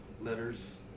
letters